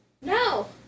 No